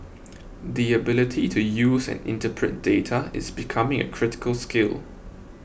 the ability to use and interpret data is becoming a critical skill